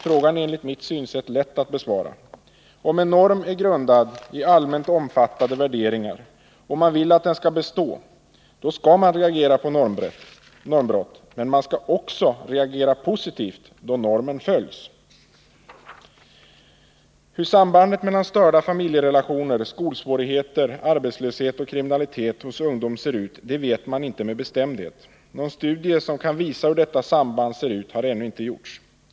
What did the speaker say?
Frågan är enligt mitt synsätt lätt att besvara. Om en norm är grundad i allmänt omfattade värderingar och man vill att den skall bestå, då skall man reagera på normbrott men också reagera positivt då normen följs. Hur sambandet mellan störda familjerelationer, skolsvårigheter, arbetslöshet och kriminalitet hos ungdom ser ut vet man inte med bestämdhet.- Någon studie som kan visa hur detta samband ser ut har ännu inte gjorts.